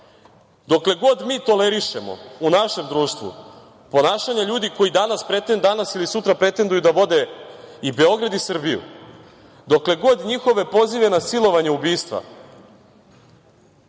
Dokle god mi tolerišemo u našem društvu ponašanje ljudi koji danas ili sutra pretenduju da vode i Beograd i Srbiju, dokle god njihove pozive na silovanje i ubistva